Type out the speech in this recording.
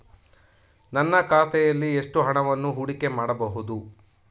ನನ್ನ ಖಾತೆಯಲ್ಲಿ ಎಷ್ಟು ಹಣವನ್ನು ಹೂಡಿಕೆ ಮಾಡಬಹುದು?